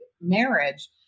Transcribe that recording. marriage